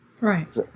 Right